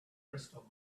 crystal